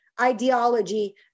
ideology